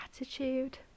attitude